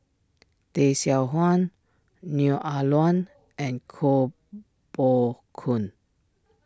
Tay Seow Huah Neo Ah Luan and Koh Poh Koon